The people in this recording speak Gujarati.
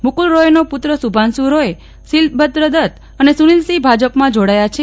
મુકુલ રોયનો પુત્ર શુભ્રાંશુ રોય શિલભદ્ર દત્ત અને સુનીલ સિંહ ભાજપમાં જોડાયા છે